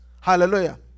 Hallelujah